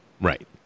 right